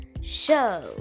show